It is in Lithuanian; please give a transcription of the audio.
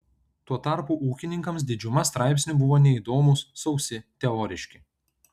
tuo tarpu ūkininkams didžiuma straipsnių buvo neįdomūs sausi teoriški